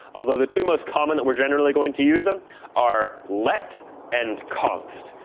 although the two most common that we're generally going to use them are let and const.